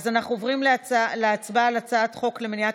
אז אנחנו עוברים להצבעה על הצעת חוק למניעת